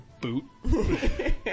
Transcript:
boot